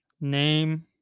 name